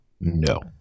no